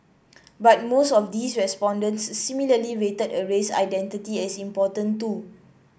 but most of these respondents similarly rated a race identity as important too